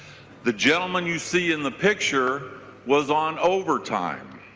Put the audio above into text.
the gentleman you see in the picture was on overtime.